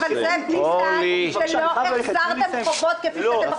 אבל זה בגלל שלא החזרתם חובות כפי שאתם מחזירים בדרך כלל.